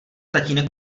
tatínek